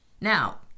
Now